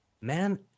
man